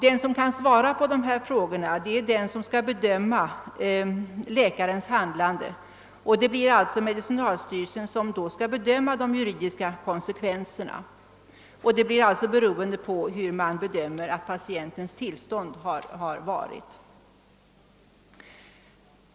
Den som kan svara på dessa frågor är den som skall bedöma läkarens handlande. Det blir alltså medicinalstyrelsen som skall bedöma de juridiska konsekvenserna, och resultatet härav blir beroende på hur man bedömer att patientens tillstånd har varit.